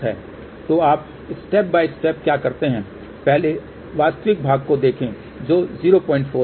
तो आप step by step क्या करते हैंपहले वास्तविक भाग को देखें जो 04 है